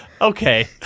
okay